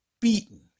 beaten